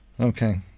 Okay